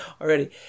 already